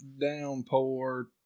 downpour